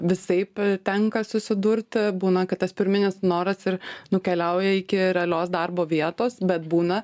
visaip tenka susidurti būna kad tas pirminis noras ir nukeliauja iki realios darbo vietos bet būna